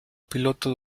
piloto